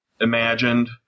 imagined